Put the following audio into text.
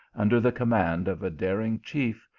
under the command of a daring chief,